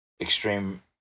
extreme